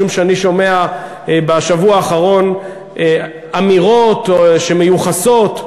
משום שאני שומע בשבוע האחרון אמירות שמיוחסות,